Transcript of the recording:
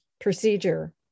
procedure